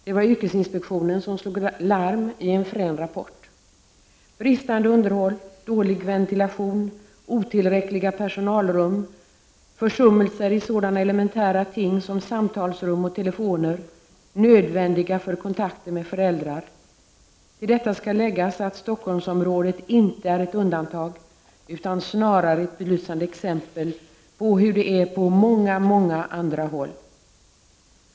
Det var yrkesinspektionen som slog larm i en frän rapport: bristande underhåll, dålig ventilation, otillräckliga personalrum, försummelser beträffande sådana elementära ting som samtalsrum och telefoner, nödvändiga för kontakter med föräldrar. Till detta skall läggas att Stockholms området inte är ett undantag utan snarare ett belysande exempel på hur det är på många andra håll.